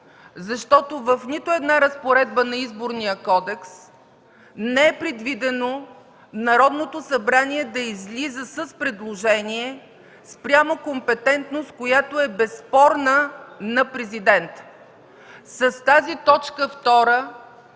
защото в нито една разпоредба на Изборния кодекс не е предвидено Народното събрание да излиза с предложение спрямо компетентност, която е безспорна, на президента. С тази т. 2